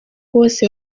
bose